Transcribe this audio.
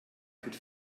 could